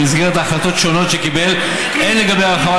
במסגרת החלטות שונות שקיבל הן לגבי הרחבת